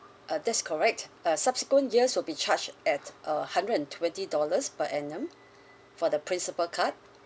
uh that's correct uh subsequent years will be charged at uh hundred and twenty dollars per annum for the principal card